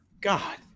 God